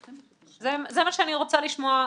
זה מה שאני רוצה לשמוע.